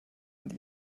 und